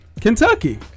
Kentucky